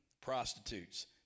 prostitutes